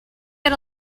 get